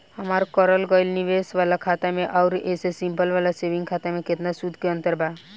हमार करल गएल निवेश वाला खाता मे आउर ऐसे सिंपल वाला सेविंग खाता मे केतना सूद के अंतर बा?